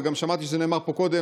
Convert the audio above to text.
וגם שמעתי שזה נאמר פה קודם,